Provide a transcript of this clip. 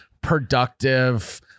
productive